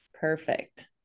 Perfect